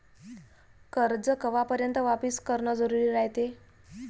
कर्ज कवापर्यंत वापिस करन जरुरी रायते?